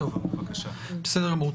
בסדר גמור.